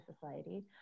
society